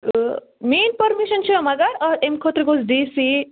میٛٲنۍ پٔرمِشَن چھُ مگر اَمہِ خٲطرٕ گوٚژھ ڈی سی